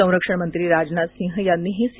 संरक्षण मंत्री राजनाथ सिंह यांनीही सी